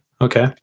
Okay